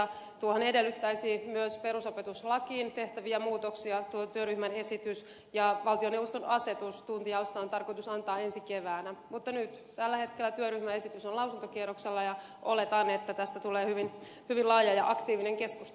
tuo työryhmän esityshän edellyttäisi myös perusopetuslakiin tehtäviä muutoksia ja valtioneuvoston asetus tuntijaosta on tarkoitus antaa ensi keväänä mutta nyt tällä hetkellä työryhmäesitys on lausuntokierroksella ja oletan että tästä tulee hyvin laaja ja aktiivinen keskustelu